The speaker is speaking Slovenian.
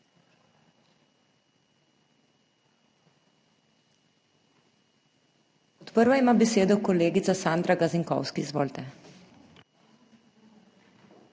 prva ima besedo kolegica Sandra Gazinkovski. Izvolite.